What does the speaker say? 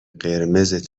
قرمز